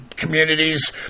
communities